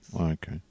Okay